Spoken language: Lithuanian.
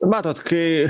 matot kai